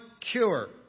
cure